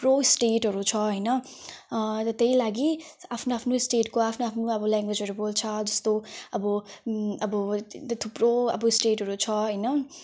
थुप्रो स्टेटहरू छ होइन र त्यही लागि आफ्नो आफ्नो स्टेटको आफ्नो आफ्नो अब ल्यङ्गवेजहरू बोल्छ जस्तो अब अब थुप्रो अब स्टेटहरू छ होइन